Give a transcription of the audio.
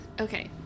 Okay